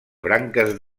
branques